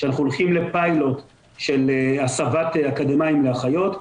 שאנחנו הולכים לפיילוט של הסבת אקדמאים לאחיות,